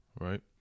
right